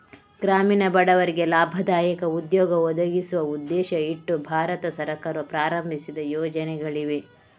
ಗ್ರಾಮೀಣ ಬಡವರಿಗೆ ಲಾಭದಾಯಕ ಉದ್ಯೋಗ ಒದಗಿಸುವ ಉದ್ದೇಶ ಇಟ್ಟು ಭಾರತ ಸರ್ಕಾರವು ಪ್ರಾರಂಭಿಸಿದ ಯೋಜನೆಗಳಿವೆ